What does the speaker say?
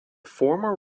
former